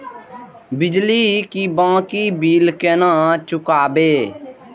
बिजली की बाकी बील केना चूकेबे?